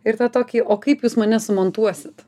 ir tą tokį o kaip jūs mane sumontuosit